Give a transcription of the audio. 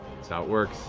that's how it works